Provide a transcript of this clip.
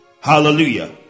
Hallelujah